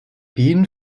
bienen